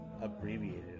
abbreviated